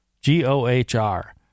G-O-H-R